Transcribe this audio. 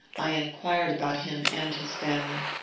i enquired about him and his family.